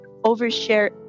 overshare